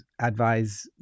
advise